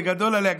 זה גדול עליה,